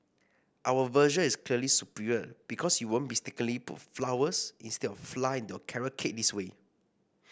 our version is clearly superior because you won't mistakenly put flowers instead of flour into your carrot cake this way